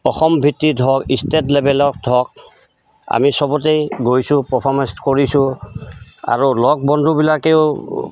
অসম ভিত্তিত হওক ইষ্টেট লেভেলত হওক আমি চবতেই গৈছোঁ পাৰফমেঞ্চ কৰিছোঁ আৰু লগ বন্ধুবিলাকেও